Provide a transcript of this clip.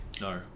No